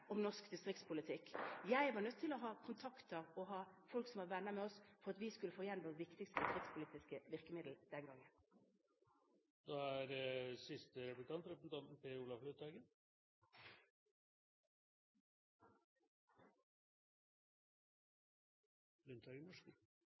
om norsk distriktspolitikk. Jeg var nødt til å ha kontakter og ha folk som var venner med oss for at vi skulle få igjennom vårt viktigste distriktspolitiske virkemiddel den gangen. Høyres økonomiske politikk er